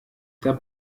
der